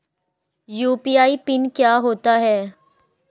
UPI PIN क्या होता है?